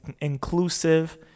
inclusive